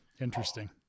Interesting